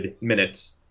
minutes